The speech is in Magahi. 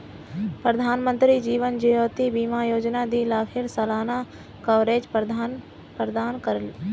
प्रधानमंत्री जीवन ज्योति बीमा योजना दी लाखेर सालाना कवरेज प्रदान कर छे